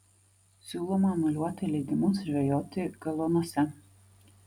siūloma anuliuoti leidimus žvejoti galuonuose